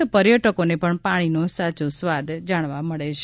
તો પર્યટકોને પણ પાણીનો સાચો સ્વાદ અહીં જાણવા મળે છે